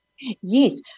Yes